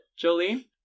Jolene